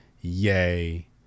yay